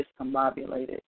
discombobulated